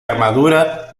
armadura